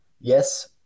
yes